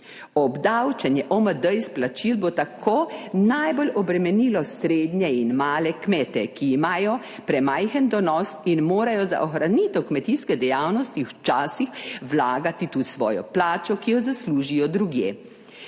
Obdavčenje OMD iz plačil bo tako najbolj obremenilo srednje in male kmete, ki imajo premajhen donos in morajo za ohranitev kmetijske dejavnosti včasih vlagati tudi svojo plačo, ki jo zaslužijo drugje.